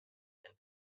and